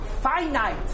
Finite